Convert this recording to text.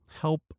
Help